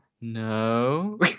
No